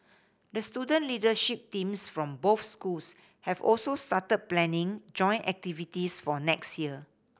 the student leadership teams from both schools have also started planning joint activities for next year